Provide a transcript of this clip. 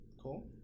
Cool